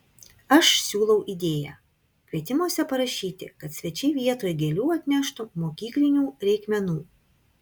aš siūlau idėją kvietimuose parašyti kad svečiai vietoj gėlių atneštų mokyklinių reikmenų